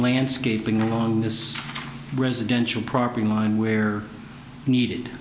landscaping along this residential property line where needed